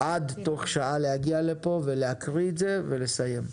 עד תוך שעה להגיע לפה, להקריא את זה ולסיים.